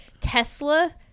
Tesla